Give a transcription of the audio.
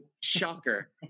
shocker